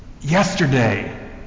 yesterday